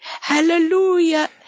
Hallelujah